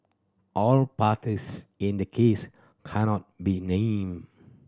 all parties in the case cannot be named